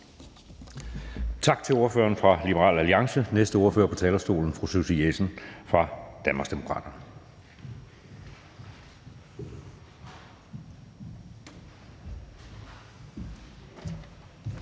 Tak til ordføreren for Liberal Alliance. Næste ordfører på talerstolen er fru Susie Jessen fra Danmarksdemokraterne.